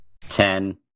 Ten